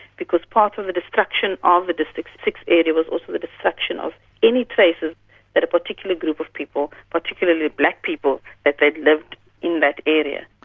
because part of the destruction of the district six was also the destruction of any traces that a particular group of people, particularly black people, that they'd lived in that area.